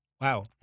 Wow